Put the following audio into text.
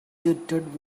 jetted